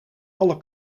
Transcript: alle